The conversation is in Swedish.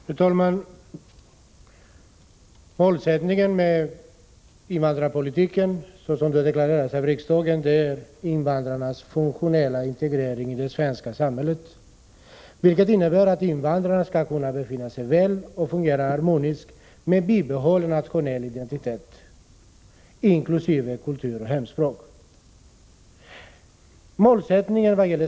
Fru talman! Målsättningen för invandrarpolitiken såsom den deklareras här i riksdagen är invandrarnas funktionella integrering i det svenska samhället, vilket innebär att invandrarna skall kunna befinna sig väl och fungera harmoniskt med bibehållen nationell identitet inkl. kultur och hemspråk.